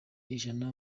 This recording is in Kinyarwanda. ijana